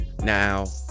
now